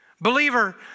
Believer